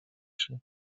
się